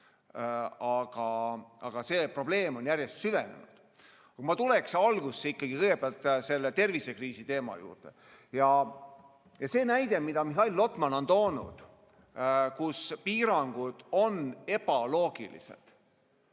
Aga see probleem on järjest süvenenud. Ma tuleks alguses ikkagi kõigepealt tervisekriisi teema juurde. See näide, mille Mihhail Lotman tõi, et piirangud on ebaloogilised